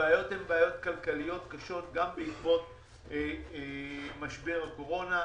הבעיות הן בעיות כלכלית קשות גם בעקבות משבר הקורונה.